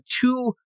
two